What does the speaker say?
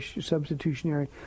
substitutionary